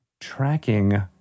tracking